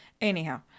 Anyhow